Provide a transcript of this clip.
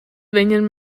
vegnan